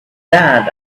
that